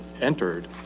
entered